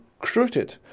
recruited